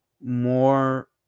more